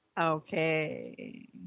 Okay